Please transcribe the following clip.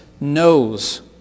knows